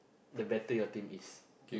the better your team is